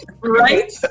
Right